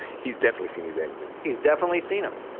he's definitely seen these ads then. he's definitely seen em.